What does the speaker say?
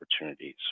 opportunities